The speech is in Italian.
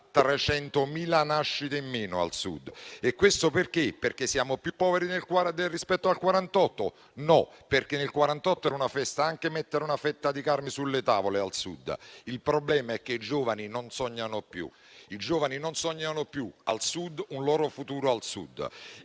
300.000 nascite in meno al Sud. E questo perché siamo più poveri rispetto al 1948? No, perché nel 1948 era una festa anche mettere una fetta di carne sulle tavole al Sud. Il problema è che i giovani al Sud non sognano più un loro futuro al Sud,